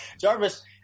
Jarvis